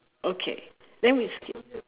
okay then we skip